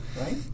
Right